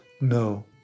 No